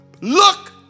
Look